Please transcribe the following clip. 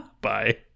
Bye